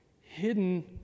hidden